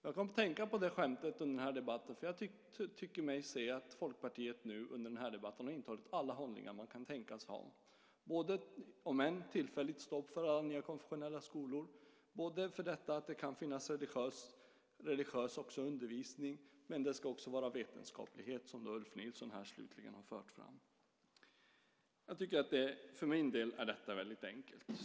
Jag kom att tänka på det skämtet, för jag tycker mig se att Folkpartiet under den här debatten har intagit alla hållningar man kan tänkas ha. De är för ett, om än tillfälligt, stopp för alla konfessionella skolor, för att det kan finnas religiös undervisning och för att det ska vara vetenskaplighet, som Ulf Nilsson slutligen har fört fram. Jag tycker att detta för min del är väldigt enkelt.